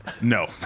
no